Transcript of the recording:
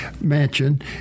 Mansion